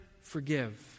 forgive